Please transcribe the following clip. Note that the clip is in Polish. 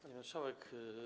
Pani Marszałek!